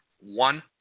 One